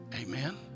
Amen